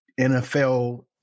NFL